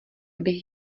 bych